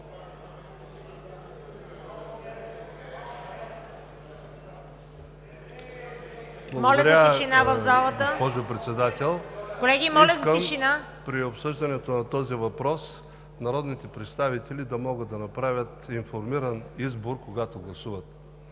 Моля за тишина в залата! Колеги, моля за тишина! ПЕТЪР ПЕТРОВ: Искам при обсъждането на този въпрос народните представители да могат да направят информиран избор, когато гласуват.